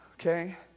okay